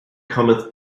cometh